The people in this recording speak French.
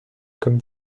comme